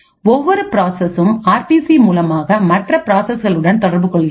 ஒவ்வொரு ப்ராசசும் R P C மூலமாக மற்ற பிராசஸ்கள் உடன் தொடர்பு கொள்கிறது